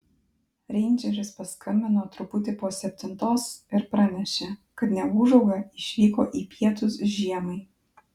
reindžeris paskambino truputį po septintos ir pranešė kad neūžauga išvyko į pietus žiemai